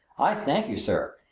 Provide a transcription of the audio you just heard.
i thank you, sir.